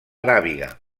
aràbiga